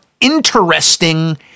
interesting